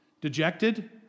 dejected